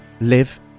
live